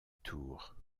tour